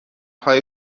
های